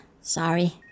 Sorry